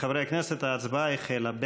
חברי הכנסת, ההצבעה החלה.